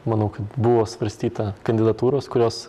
manau kad buvo svarstyta kandidatūros kurios